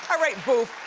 ah right, boof,